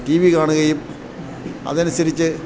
T V കാണുകയും അതനുസരിച്ച്